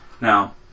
Now